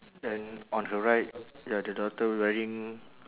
and on her right ya the daughter wearing